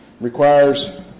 requires